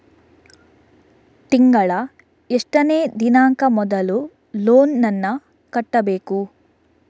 ತಿಂಗಳ ಎಷ್ಟನೇ ದಿನಾಂಕ ಮೊದಲು ಲೋನ್ ನನ್ನ ಕಟ್ಟಬೇಕು?